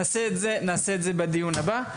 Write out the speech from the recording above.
נעשה בדיון הבא.